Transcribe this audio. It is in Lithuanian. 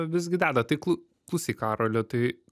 visgi deda tai klu klausyk karoli tai